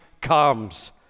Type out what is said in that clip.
comes